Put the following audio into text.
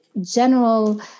general